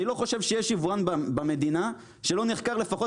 אני לא חושב שיש יבואן במדינה שלא נחקר לפחות